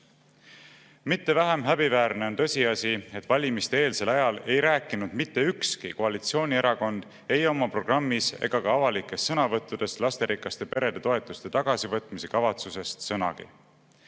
Mitte vähem häbiväärne on tõsiasi, et valimiste-eelsel ajal ei rääkinud mitte ükski koalitsioonierakond ei oma programmis ega ka avalikes sõnavõttudes lasterikaste perede toetuste tagasivõtmise kavatsusest sõnagi.